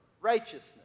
righteousness